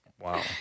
Wow